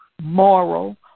moral